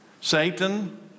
Satan